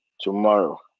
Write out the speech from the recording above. Tomorrow